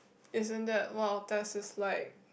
isn't that what our test is like